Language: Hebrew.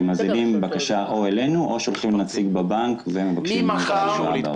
הם מזינים בקשה או אלינו או שולחים נציג לבנק ומבקשים הלוואה.